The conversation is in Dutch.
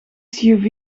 suv